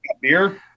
beer